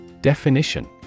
Definition